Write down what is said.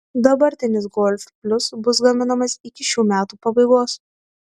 dabartinis golf plius bus gaminamas iki šių metų pabaigos